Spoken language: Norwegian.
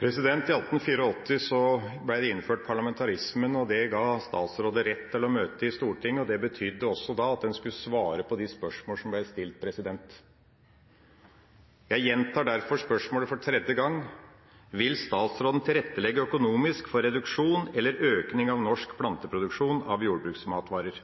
I 1884 ble det innført parlamentarisme. Det ga statsråder rett til å møte i Stortinget, og det betydde også at man skulle svare på de spørsmål som ble stilt. Jeg gjentar derfor spørsmålet for tredje gang: Vil statsråden tilrettelegge økonomisk for reduksjon eller økning av norsk planteproduksjon av jordbruksmatvarer?